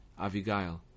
Avigail